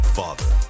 father